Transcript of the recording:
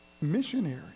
missionary